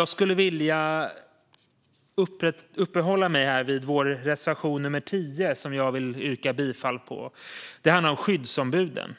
Jag skulle vilja uppehålla mig vid vår reservation nr 10, som jag vill yrka bifall till. Den handlar om skyddsombuden.